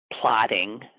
plotting